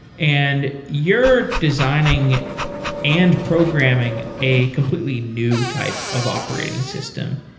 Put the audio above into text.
and you're designing and programming a completely new type of operating system.